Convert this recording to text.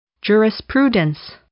jurisprudence